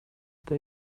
they